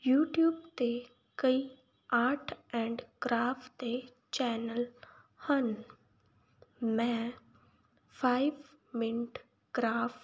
YouTube 'ਤੇ ਕਈ art and craft ਦੇ ਚੈਨਲ ਹਨ ਮੈਂ ਫਾਈਵ ਮਿੰਟ ਕਰਾਫ